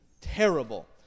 Terrible